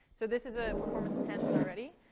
so this is a performance enhancement already,